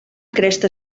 cresta